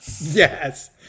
Yes